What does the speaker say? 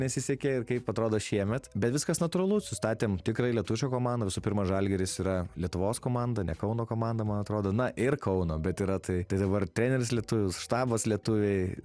nesisekė ir kaip atrodo šiemet bet viskas natūralu sustatėm tikrą lietuvišką komandą visų pirma žalgiris yra lietuvos komanda ne kauno komanda man atrodo na ir kauno bet yra tai tai dabar treneris lietuvis štabas lietuviai